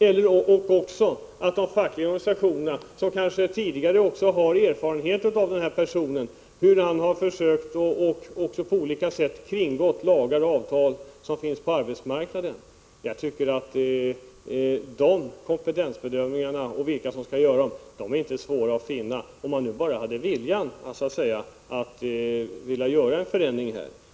Man kan också tänka sig de fackliga organisationerna, som kanske har tidigare erfarenhet av personen i fråga och vet om han försökt kringgå lagar och avtal på arbetsmarknaden. Att göra sådana kompetensbedömningar och bestämma vilka som skall göra dem är inte svårt — om man bara har viljan att göra en förändring.